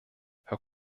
herr